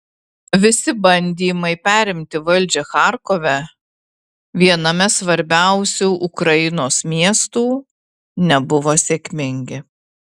visi bandymai perimti valdžią charkove viename svarbiausių ukrainos miestų nebuvo sėkmingi